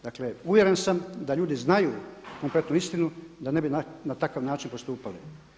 Dakle, uvjeren sam da ljudi znaju konkretnu istinu da ne bi na takav način postupali.